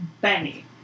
Benny